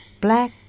Black